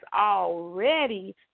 already